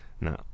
No